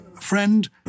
friend